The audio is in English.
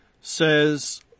says